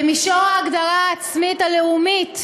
במישור ההגדרה העצמית הלאומית,